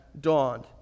dawned